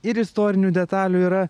ir istorinių detalių yra